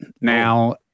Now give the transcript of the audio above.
Now